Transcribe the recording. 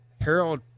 Harold